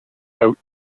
out